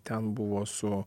ten buvo su